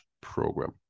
program